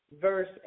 verse